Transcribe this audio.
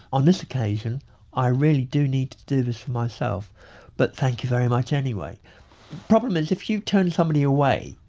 on this occasion i really do need to do this for myself but thank you very much anyway. the problem is if you turn somebody away,